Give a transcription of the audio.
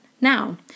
now